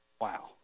Wow